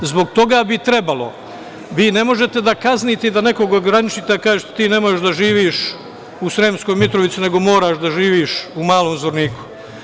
Zbog toga bi trebalo, vi ne možete da kaznite i da nekog ograničite i da kažete – ti ne možeš da živiš u Sremskoj Mitrovici, nego moraš da živiš u Malom Zvorniku.